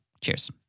Cheers